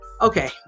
okay